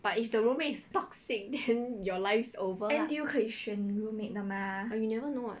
N_T_U 可以选 roommate 的 mah